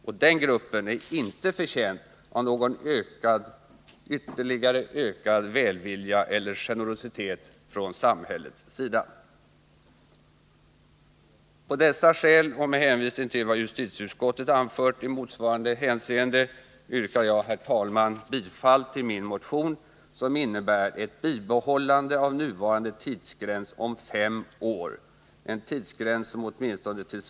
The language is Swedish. Och den gruppen är inte förtjänt av någon ytterligare ökad välvilja eller generositet från samhällets sida. Med dessa skäl och med hänvisning till vad justitieutskottet anfört i motsvarande hänseende yrkar jag, herr talman, bifall till min motion 1926, vilken innebär ett bibehållande av nuvarande tidsgräns på fem år, en tidsgräns som åtminstone.